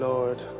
Lord